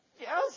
yes